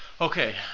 Okay